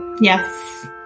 Yes